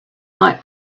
might